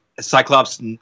Cyclops